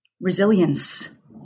resilience